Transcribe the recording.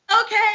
okay